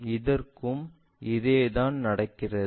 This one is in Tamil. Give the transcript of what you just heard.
இதற்கும் இதேதான் நடக்கிறது